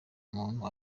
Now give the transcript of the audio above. umuntu